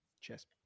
cheers